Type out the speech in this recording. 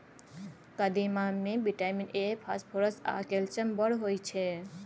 कदीमा मे vitamin A, phosphorus आ कैल्शियम बड़ होइ छै